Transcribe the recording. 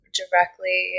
directly